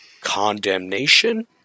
condemnation